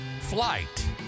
flight